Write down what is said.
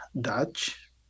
Dutch